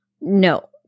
No